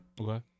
Okay